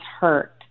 hurt